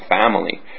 family